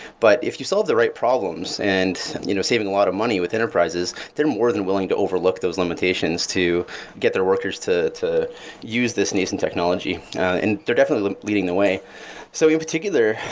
but if you solve the right problems and you know saving a lot of money with enterprises, they're more than willing to overlook those limitations to get their workers to use use this nascent technology. and they're definitely leading the way so in particular,